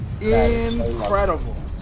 incredible